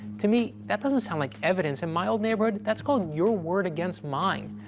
to me, that doesn't sound like evidence, in my old neighborhood, that's called your word against mine.